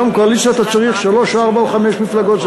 היום בקואליציה אתה צריך שלוש או ארבע או חמש מפלגות.